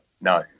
No